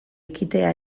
ekitea